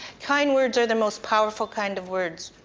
kind words are the most powerful kind of words.